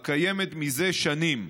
הקיימת מזה שנים,